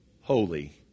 Holy